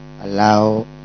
allow